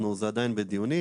זה עדיין בדיונים.